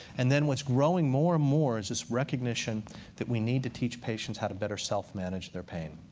and then what's growing more and more is this recognition that we need to teach patients how to better self-manage their pain.